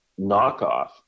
knockoff